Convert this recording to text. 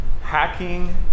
hacking